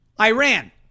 Iran